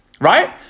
Right